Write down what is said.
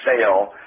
sale